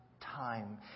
time